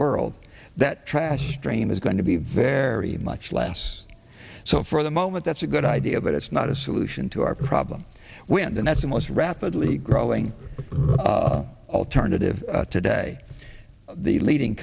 world that trash train is going to be very much less so for the moment that's a good idea but it's not a solution to our problem wind and that's the most rapidly growing alternative today the leading